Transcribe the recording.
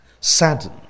saddened